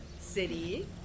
city